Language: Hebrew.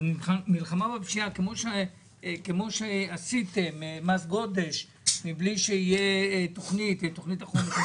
זה כמו שעשיתם מס גודש מבלי שתהיה תכנית, או זה